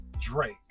Drake